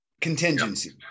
contingency